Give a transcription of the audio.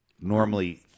Normally